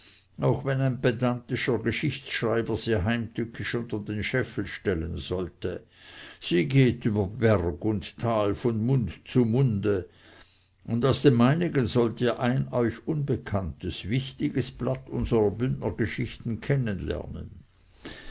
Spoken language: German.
auch wenn ein pedantischer geschichtschreiber sie heimtückisch unter den scheffel stellen sollte sie geht über berg und tal von mund zu munde und aus dem meinigen sollt ihr ein euch unbekanntes wichtiges blatt unserer bündnergeschichten kennenlernen